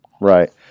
Right